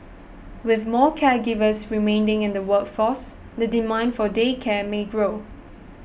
with more caregivers remaining in the workforce the demand for day care may grow